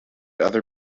other